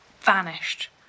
Vanished